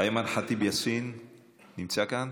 אימאן ח'טיב יאסין נמצאת כאן?